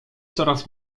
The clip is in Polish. coraz